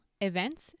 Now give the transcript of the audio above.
events